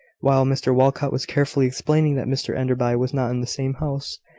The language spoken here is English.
while mr walcot was carefully explaining that mr enderby was not in the same house,